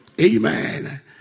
Amen